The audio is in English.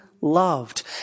loved